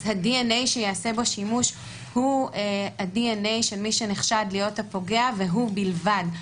הדנ"א שייעשה בו שימוש הוא הדנ"א של מי שנחשד להיות הפוגע והוא בלבד,